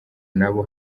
nabo